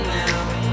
now